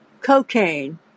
cocaine